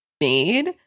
Made